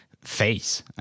face